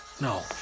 No